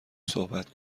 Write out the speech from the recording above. صحبت